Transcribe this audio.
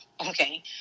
Okay